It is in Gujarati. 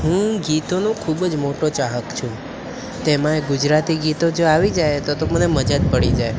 હું ગીતોનો ખૂબ જ મોટો ચાહક છું તેમાંય ગુજરાતી ગીતો જો આવી જાય તો તો મને મજા જ પડી જાય